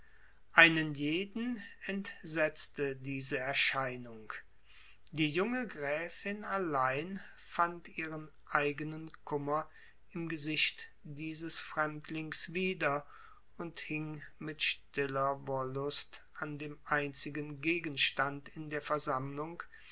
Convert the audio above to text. einen jeden entsetzte diese erscheinung die junge gräfin allein fand ihren eigenen kummer im gesicht dieses fremdlings wieder und hing mit stiller wollust an dem einzigen gegenstand in der versammlung